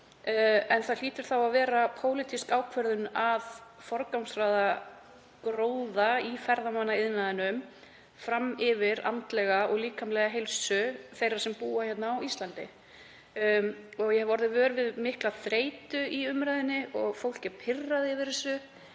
En það hlýtur þá að vera pólitísk ákvörðun að forgangsraða gróða í ferðamannaiðnaðinum fram yfir andlega og líkamlega heilsu þeirra sem búa á Íslandi. Ég hef orðið vör við mikla þreytu í umræðunni og fólk er pirrað yfir þessu.